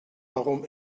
warum